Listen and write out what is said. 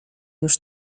już